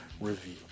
review